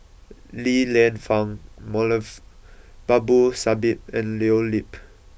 Li Lienfung Moulavi Babu Sahib and Leo Yip